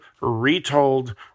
retold